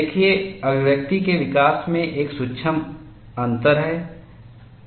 देखिए अभिव्यक्ति के विकास में एक सूक्ष्म अंतर है